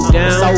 down